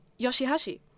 Yoshihashi